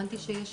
יש תנאי סף